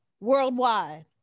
worldwide